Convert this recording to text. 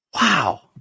Wow